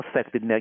affected